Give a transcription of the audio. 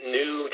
new